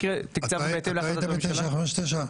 אתה היית ב-959?